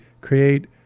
create